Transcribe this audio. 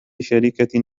شركة